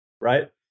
right